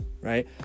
right